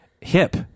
hip